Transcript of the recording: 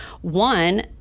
one